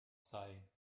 sei